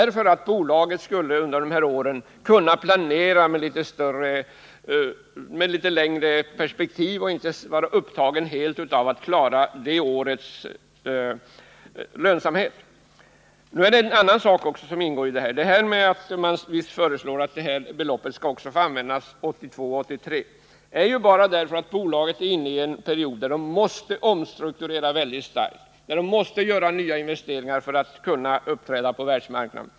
Riksdagen fattade detta beslut för att bolaget skulle kunna planera i ett litet längre perspektiv och inte helt vara upptaget med att klara årets lönsamhet. Vi föreslår att detta belopp också skall få användas 1982 och 1983, och det gör vi därför att bolaget är inne i en period där man måste omstrukturera mycket starkt och göra nya investeringar för att kunna uppträda på världsmarknaden.